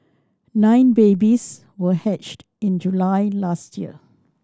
nine babies were hatched in July last year